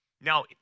now